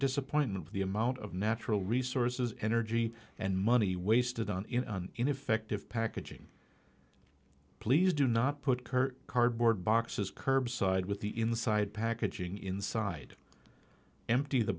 disappointment with the amount of natural resources energy and money wasted on ineffective packaging please do not put kerr cardboard boxes curbside with the inside packaging inside empty the